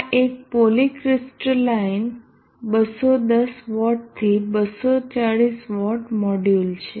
આ એક polycrystalline 210 watt થી 240 વોટ મોડ્યુલ છે